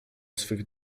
swych